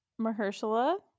Mahershala